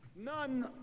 None